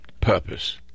Purpose